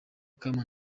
come